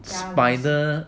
spider